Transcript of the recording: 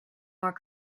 more